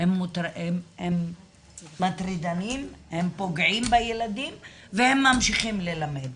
הם מטרידנים, הם פוגעים בילדים והם ממשיכים ללמד.